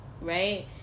right